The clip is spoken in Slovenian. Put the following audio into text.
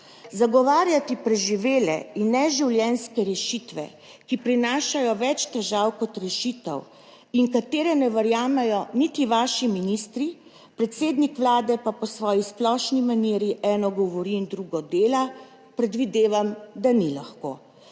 Zagovarjati preživele in neživljenjske rešitve, ki prinašajo več težav kot rešitev in katere ne verjamejo niti vaši ministri, predsednik Vlade pa po svoji splošni maniri eno govori in drugo dela. Predvidevam, da ni lahko.